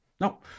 No